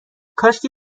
کاشکی